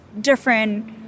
different